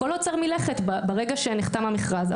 הכול עוצר מלכת ברגע שנחתם המכרז.